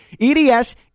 EDS